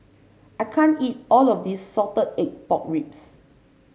I can't eat all of this Salted Egg Pork Ribs